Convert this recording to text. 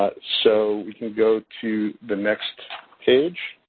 ah so, go to the next page.